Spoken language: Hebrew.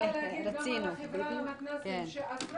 אני יכולה להגיד על החברה למתנ"סים שעשרות